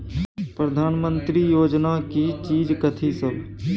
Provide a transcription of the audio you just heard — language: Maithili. प्रधानमंत्री योजना की चीज कथि सब?